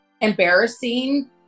embarrassing